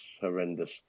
horrendous